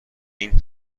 این